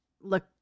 look